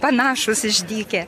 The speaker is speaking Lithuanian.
panašūs išdykę